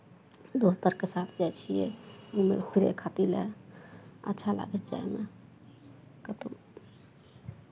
दोस्त आरके साथ जाइ छियै घूमय फिरय खातिर लए अच्छा लागै छै जायमे कतहु